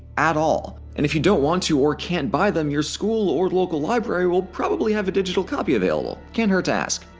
at all and if you don't want to or can't buy them, your school or local library will probably have a digital copy available can't hurt to ask.